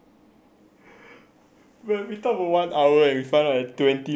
everytime one hour it's like twenty minutes there's a vibration